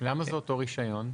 למה זה אותו הרישיון?